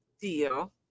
deal